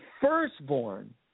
firstborn